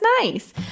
nice